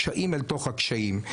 קשיים אל תוך הקשיים.